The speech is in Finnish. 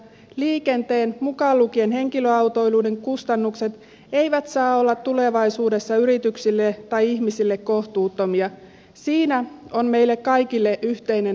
liikenteen mukaan lukien henkilöautoilun kustannukset eivät saa olla tulevaisuudessa yrityksille tai ihmisille kohtuuttomia siinä on meille kaikille yhteinen haaste